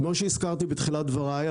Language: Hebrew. כמו שהזכרתי בתחילת דברי,